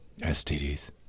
stds